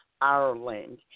Ireland